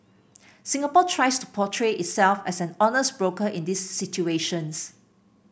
Singapore tries to portray itself as an honest broker in these situations